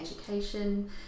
education